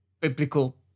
biblical